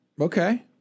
Okay